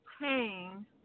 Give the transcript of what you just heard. pain